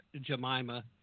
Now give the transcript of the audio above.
Jemima